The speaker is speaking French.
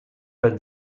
pas